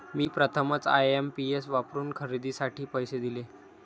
मी प्रथमच आय.एम.पी.एस वापरून खरेदीसाठी पैसे दिले